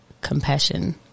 compassion